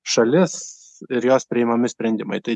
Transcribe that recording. šalis ir jos priimami sprendimai tai